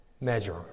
measure